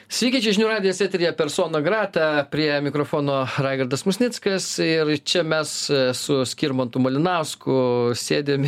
sveiki čia žinių radijas eteryje persona grata prie mikrofono raigardas musnickas ir čia mes su skirmantu malinausku sėdim